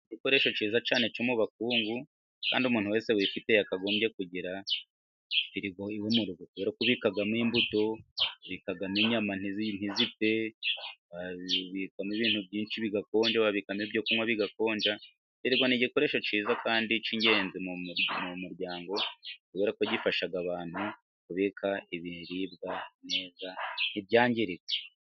Igikoresho cyiza cyane cyo mu bakungu, kandi umuntu wese wifite yakagombye kugira firigo iwe mu rugo ,kubera ko ubikamo imbuto ,ubikamo inyama ntizipfe, ubikamo ibintu byinshi bigakonje ,babika ibyo kunywa bigakonja, firigo ni igikoresho cyiza kandi cy'ingenzi mu muryango ,kubera ko gifasha abantu kubika ibiribwa neza ntibyangirike.